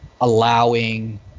allowing